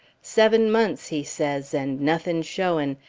seven months, he says, and nothen showin',